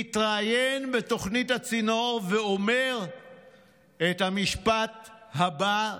מתראיין בתוכנית הצינור ואומר את המשפט הבא,